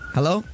Hello